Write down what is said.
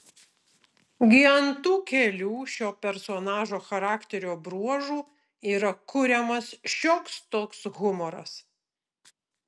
gi ant tų kelių šio personažo charakterio bruožų yra kuriamas šioks toks humoras